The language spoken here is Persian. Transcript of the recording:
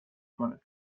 کنه